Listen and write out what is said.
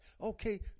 okay